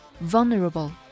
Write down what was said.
Vulnerable